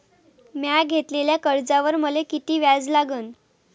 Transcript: म्या घेतलेल्या कर्जावर मले किती व्याज लागन?